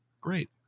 Great